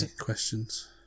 questions